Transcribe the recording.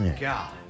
God